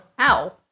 Ow